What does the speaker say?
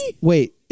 wait